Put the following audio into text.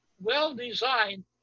well-designed